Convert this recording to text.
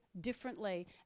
differently